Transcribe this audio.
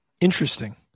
Interesting